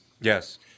Yes